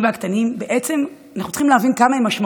אנחנו צריכים להבין כמה בעלי העסקים